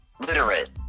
Literate